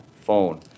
phone